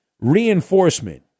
reinforcement